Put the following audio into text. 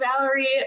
Valerie